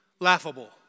laughable